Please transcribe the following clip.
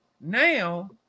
now